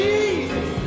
Jesus